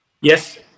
Yes